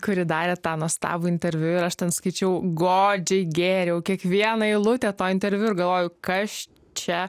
kuri darė tą nuostabų interviu ir aš ten skaičiau godžiai gėriau kiekvieną eilutę to interviu ir galvojau kas čia